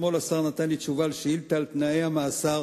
אתמול השר נתן לי תשובה על שאילתא על תנאי המאסר